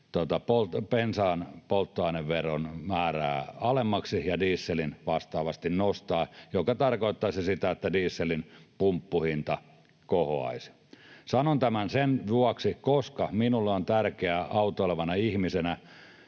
bensan polttoaineveron määrää alemmaksi ja dieselin vastaavasti nostaa, mikä tarkoittaisi sitä, että dieselin pumppuhinta kohoaisi. Sanon tämän, koska minulle on tärkeää autoilevana ihmisenä